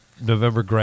November